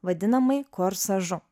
vadinamai korsažu